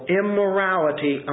immorality